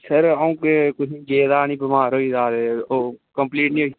sir अ'ऊं गेदा नी बामार होई गेदा हा ते ओह् कम्प्लीट नी होई